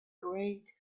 great